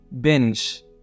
binge